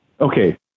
okay